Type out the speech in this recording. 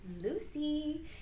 Lucy